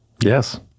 Yes